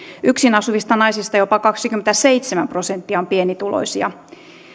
yksin asuvista naisista jopa kaksikymmentäseitsemän prosenttia on pienituloisia